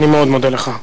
אני מאוד מודה לך.